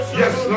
yes